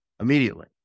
immediately